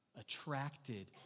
attracted